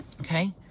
Okay